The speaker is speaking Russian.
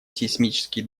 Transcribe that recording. сейсмические